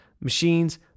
machines